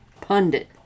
pundit